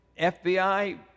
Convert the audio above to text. FBI